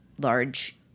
large